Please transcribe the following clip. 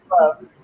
love